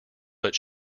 but